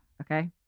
Okay